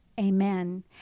Amen